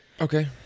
okay